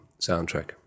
soundtrack